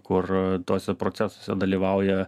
kur tuose procesuose dalyvauja